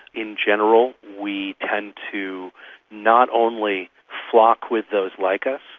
in general we tend to not only flock with those like us,